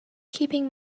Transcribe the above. keeping